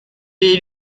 est